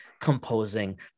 composing